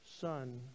son